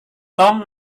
tom